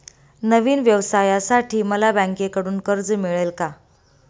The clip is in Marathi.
नवीन व्यवसायासाठी मला बँकेकडून कर्ज मिळेल का?